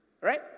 Right